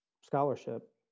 scholarship